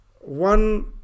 one